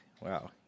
Wow